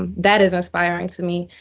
um that is inspiring to me.